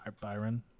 Byron